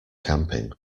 camping